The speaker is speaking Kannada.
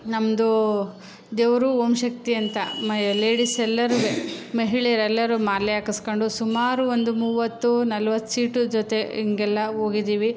ನಮ್ಮದು ದೇವರು ಓಂ ಶಕ್ತಿ ಅಂತ ಮ್ ಲೇಡಿಸ್ ಎಲ್ಲರೂ ಮಹಿಳೆಯರು ಎಲ್ಲರೂ ಮಾಲೆ ಹಾಕಿಸ್ಕೊಂಡು ಸುಮಾರು ಒಂದು ಮೂವತ್ತು ನಲವತ್ತು ಸೀಟು ಜೊತೆ ಹಿಂಗೆಲ್ಲ ಹೋಗಿದ್ದೀವಿ